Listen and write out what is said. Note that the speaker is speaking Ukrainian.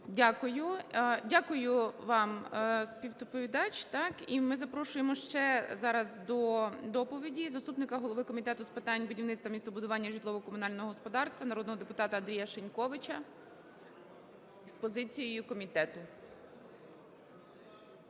Дякую. Дякую вам співдоповідач. І ми запрошуємо ще зараз до доповіді заступника голови Комітету з питань будівництва, містобудування і житлово-комунального господарства народного депутата Андрія Шиньковича з позицією комітету.